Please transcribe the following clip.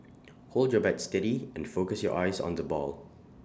hold your bat steady and focus your eyes on the ball